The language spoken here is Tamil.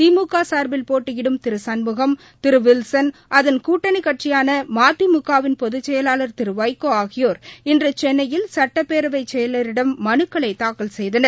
திமுகசா்பில் போட்டியிடும் திருகண்முகம் திருவில்சன் அதன் கூட்டணிகட்சியானமதிமுக வின் பொதுச்செயவாளர் திருவைகோஆகியோர் இன்றுசென்னையில் சட்டப்பேரவைசெயலரிடம் மனுக்களைதாக்கல் செய்தனர்